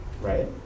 Right